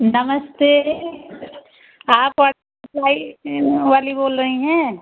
नमस्ते आप सप्लाई वाली बोल रहीं हैं